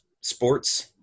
sports